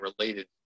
related